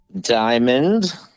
Diamond